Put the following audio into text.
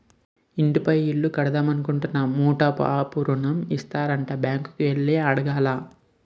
ఇంటి పైన ఇల్లు కడదామనుకుంటున్నాము టాప్ అప్ ఋణం ఇత్తారట బ్యాంకు కి ఎల్లి అడగాల